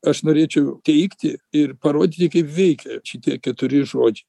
aš norėčiau teigti ir parodyti kaip veikia šitie keturi žodžiai